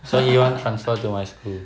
then he want transfer to my school